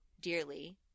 dearly